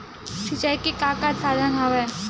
सिंचाई के का का साधन हवय?